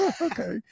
okay